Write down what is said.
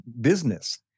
business